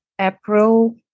April